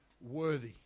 worthy